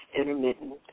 intermittent